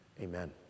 Amen